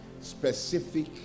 specific